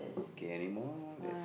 kay any more let